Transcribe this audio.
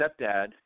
stepdad